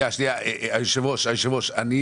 היושב ראש, לגבי התחשיב.